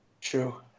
true